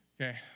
Okay